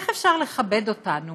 איך אפשר לכבד אותנו